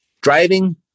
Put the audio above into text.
driving